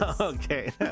Okay